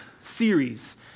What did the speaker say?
series